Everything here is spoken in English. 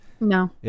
No